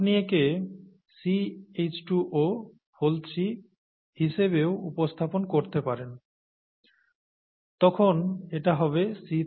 আপনি একে 3 হিসেবেও উপস্থাপন করতে পারেন তখন এটা হবে C3H6O3